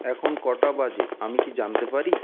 এখন কটা বাজে আমি কি জানতে পারি